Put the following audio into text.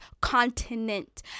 continent